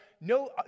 No